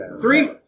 Three